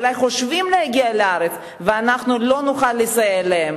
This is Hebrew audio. ואולי חושבים להגיע אל הארץ ואנחנו לא נוכל לסייע להם?